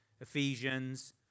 Ephesians